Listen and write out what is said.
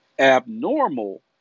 abnormal